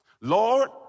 Lord